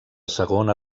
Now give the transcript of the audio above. segona